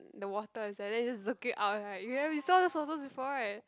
the water is there and then you just it up right yeah we saw those photos before right